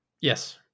Yes